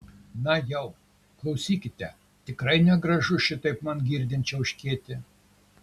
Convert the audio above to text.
na jau klausykite tikrai negražu šitaip man girdint čiauškėti